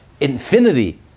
Infinity